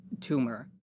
tumor